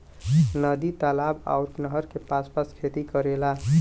नदी तालाब आउर नहर के आस पास खेती करेला